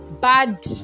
bad